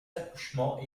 accouchements